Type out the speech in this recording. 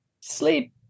sleep